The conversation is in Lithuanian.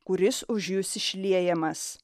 kuris už jus išliejamas